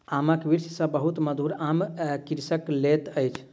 आमक वृक्ष सॅ बहुत मधुर आम कृषक लैत अछि